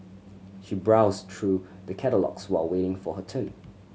she browsed through the catalogues while waiting for her turn